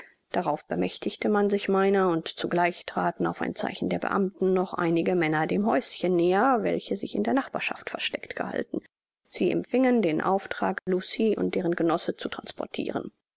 darauf bemächtigte man sich meiner und zugleich traten auf ein zeichen der beamten noch einige männer dem häuschen näher welche sich in der nachbarschaft versteckt gehalten sie empfingen den auftrag lucie und deren genossen zu transportiren